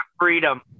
freedom